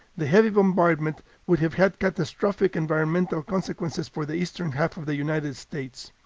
the heavy bombardment would have had catastrophic environmental consequences for the eastern half of the united states.